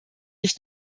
nicht